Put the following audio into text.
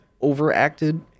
overacted